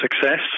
success